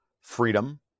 freedom